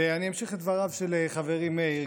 ואני אמשיך את דבריו של חברי מאיר,